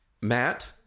Matt